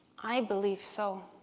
i believe so.